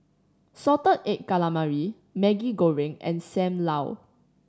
salted egg calamari Maggi Goreng and Sam Lau